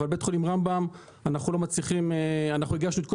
אבל לגבי בית חולים רמב"ם הגשנו את כל